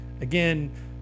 again